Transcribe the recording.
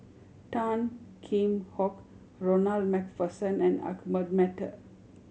Tan Kheam Hock Ronald Macpherson and Ahmad Mattar